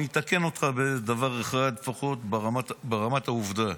אני אתקן אותך בדבר אחד לפחות ברמת העובדה.